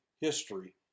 history